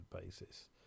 basis